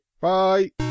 Bye